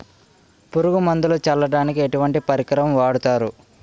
పురుగు మందులు చల్లడానికి ఎటువంటి పరికరం వాడతారు?